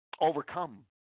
overcome